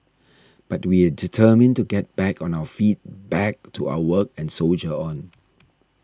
but we are determined to get back on our feet back to our work and soldier on